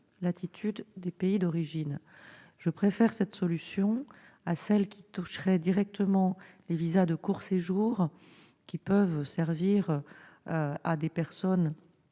l'attitude des pays d'origine. Je préfère cette solution à celle qui toucherait directement les visas de court séjour, qui peuvent servir à des personnes